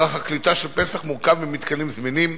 מערך הקליטה של פס"ח מורכב ממתקנים זמינים,